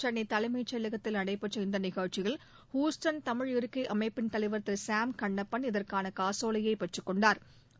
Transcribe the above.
சென்னை தலைமைச் செயலகத்தில் நடைபெற்ற இந்த நிகழ்ச்சில் ஹூஸ்டன் தமிழ் இருக்கை அமைப்பின் தலைவா் திரு சாம் கண்ணப்பன் இதற்கான காசோலையை பெற்றுக் கொண்டாா்